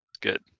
Good